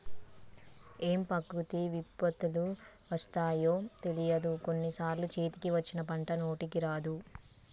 ఏం ప్రకృతి విపత్తులు వస్తాయో తెలియదు, కొన్ని సార్లు చేతికి వచ్చిన పంట నోటికి రాదు